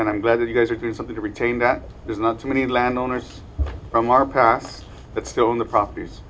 and i'm glad you guys are doing something to retain that there's not too many landowners from our past that still in the properties